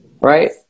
Right